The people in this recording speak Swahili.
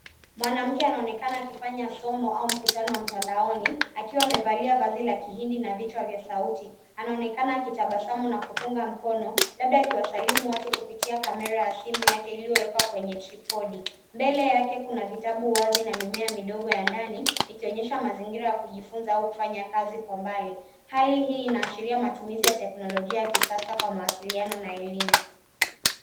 Mwanamke anaonekana akifanya somo au mkutano wa mtandaoni akiwa amevalia vazi la kihindi na vichwa vya sauti. Anaonekana akitabasamu na kupunga mkono, labda akiwasalimu watu kupitia kamera ya simu yake iliyowekwa kwenye tripod . Mbele yake kuna vitabu wazi na mimea midogo ya ndani ikionyesha mazingira ya kujifunza au kufanya kazi kwa mbali. Hali hii inaashiria matumizi ya teknolojia ya kisasa kwa mawasiliano na elimu.